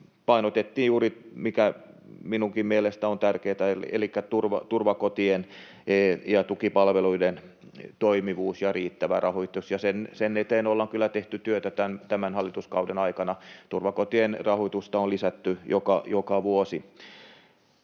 painotettiin juuri, mikä minunkin mielestäni on tärkeätä, turvakotien ja tukipalveluiden toimivuutta ja riittävää rahoitusta. Sen eteen ollaan kyllä tehty työtä tämän hallituskauden aikana. Turvakotien rahoitusta on lisätty joka vuosi.